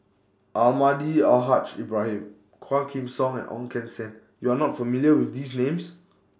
Almahdi Al Haj Ibrahim Quah Kim Song and Ong Keng Sen YOU Are not familiar with These Names